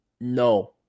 no